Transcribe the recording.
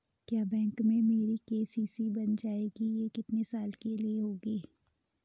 क्या बैंक में मेरी के.सी.सी बन जाएगी ये कितने साल के लिए होगी?